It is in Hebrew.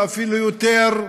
ואפילו יותר,